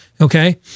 Okay